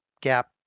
gap